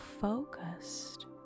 focused